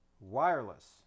Wireless